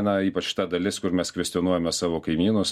na ypač ta dalis kur mes kvestionuojame savo kaimynus